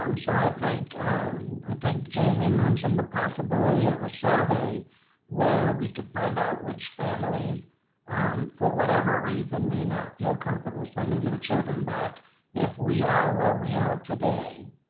um so i think i think jamie mentioned the possibility of a survey where we could find out which families for whatever reason may not feel comfortable sending their children back if we are where we are today.